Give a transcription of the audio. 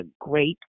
great